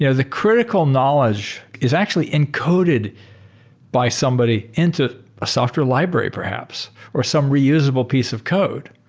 you know the critical knowledge is actually encoded by somebody into a software library perhaps, or some reusable piece of code.